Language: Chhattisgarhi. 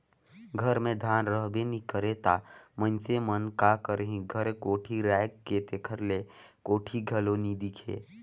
घर मे धान रहबे नी करे ता मइनसे मन का करही घरे कोठी राएख के, तेकर ले कोठी घलो नी दिखे